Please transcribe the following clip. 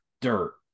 dirt